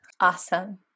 Awesome